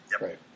Right